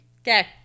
okay